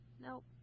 Nope